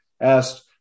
asked